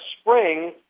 spring